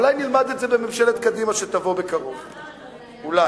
אולי נלמד את זה בממשלת קדימה שתבוא בקרוב, אולי.